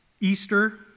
Easter